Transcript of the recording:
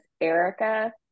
Erica